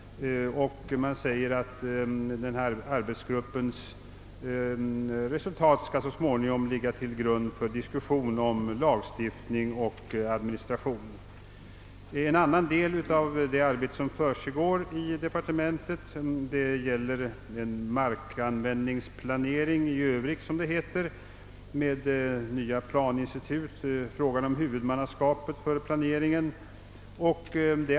Arbetsgruppens resultat skall enligt propositionen så småningom läggas till grund för diskussioner om lagstiftning och administration. En annan del av det arbete som försiggår inom departementet gäller markanvändningsplaneringen i övrigt, de nya planinstitutens utformning, frågan om huvudmannaskapet för planeringen o.s. v.